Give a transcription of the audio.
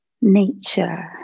nature